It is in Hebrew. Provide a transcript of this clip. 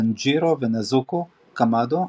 טאנג'ירו ונזוקו קמאדו,